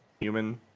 Human